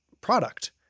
product